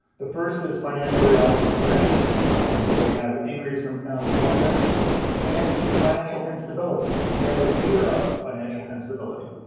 the first is financial realities for families that we have increased um unemployment and financial instability and the fear of financial instability.